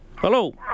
Hello